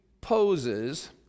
poses